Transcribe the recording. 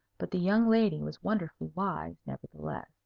but the young lady was wonderfully wise, nevertheless.